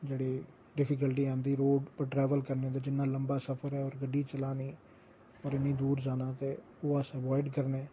जेह्ड़े डिफीकल्टी आंदी रोड़ उप्पर ट्रैवल करने दी जिन्ना लम्बा सफर ऐ गड़्ड़ी चलानी होर इन्नी दूर जाना ओह् अस ऐवाईड करने